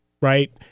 right